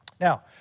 Now